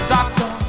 doctor